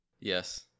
Yes